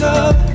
up